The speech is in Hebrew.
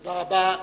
תודה רבה.